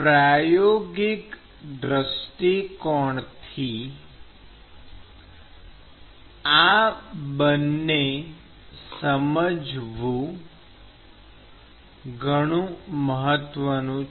પ્રાયોગિક દૃષ્ટિકોણથી આ બંને સમજનું ઘણું મહત્વ છે